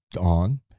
on